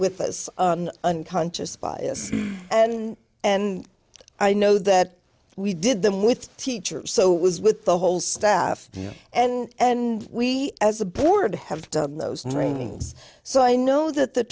with us on unconscious bias and i know that we did them with teachers so was with the whole staff and and we as a board have done those things so i know that the